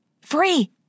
Free